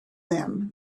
them